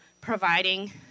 providing